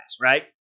right